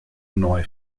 neu